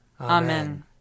Amen